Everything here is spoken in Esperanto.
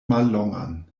mallongan